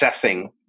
assessing